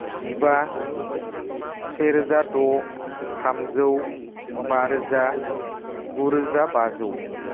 जिबा सेरोजा द' थामजौ बारोजा गुरोजा बाजौ